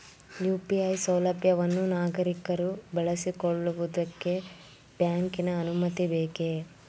UPI ಸೌಲಭ್ಯವನ್ನು ನಾಗರಿಕರು ಬಳಸಿಕೊಳ್ಳುವುದಕ್ಕೆ ಬ್ಯಾಂಕಿನ ಅನುಮತಿ ಬೇಕೇ?